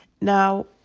now